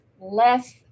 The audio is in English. less